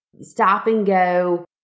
stop-and-go